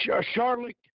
Charlotte